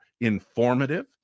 informative